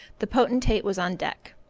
the potentate was on deck.